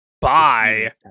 Bye